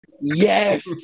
Yes